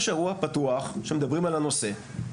יש אירוע פתוח שמדברים על הנושא,